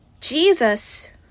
Jesus